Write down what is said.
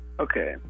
Okay